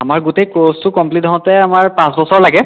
আমাৰ গোটেই কোৰ্চটো কমপ্লিট হওঁতে আমাৰ পাঁচবছৰ লাগে